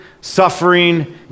suffering